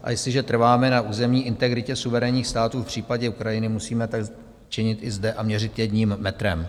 A jestliže trváme na územní integritě suverénních států v případě Ukrajiny, musíme tak činit i zde a měřit jedním metrem.